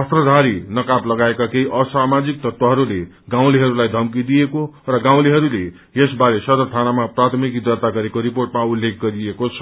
अस्त्रघारी नकाबपोसी केही असामाजिक तत्वहरूले गाँउलेहरूलाई धम्की दिएको र गाउँलेहरूले यस बारे सदर थानामा प्राथमिकी दर्ता गरेको रिपोर्टमा उल्लेख गरिएको छ